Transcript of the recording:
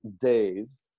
days